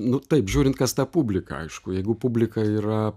nu taip žiūrint kas ta publika aišku jeigu publika yra